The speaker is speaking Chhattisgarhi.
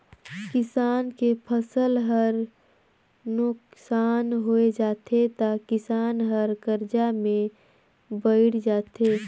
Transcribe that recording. किसान के फसल हर नुकसान होय जाथे त किसान हर करजा में बइड़ जाथे